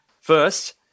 First